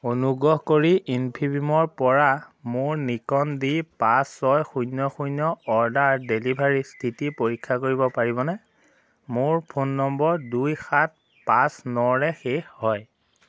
অনুগ্ৰহ কৰি ইনফিবিমৰপৰা মোৰ নিকন ডি পাঁচ ছয় শূন্য শূন্য অৰ্ডাৰ ডেলিভাৰীৰ স্থিতি পৰীক্ষা কৰিব পাৰিবনে মোৰ ফোন নম্বৰ দুই সাত পাঁচ নৰে শেষ হয়